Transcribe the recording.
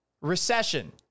recession